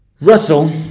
Russell